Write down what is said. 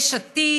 יש עתיד,